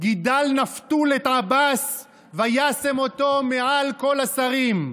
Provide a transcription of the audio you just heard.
גידל נפתול את עבאס וישם אותו מעל כל השרים.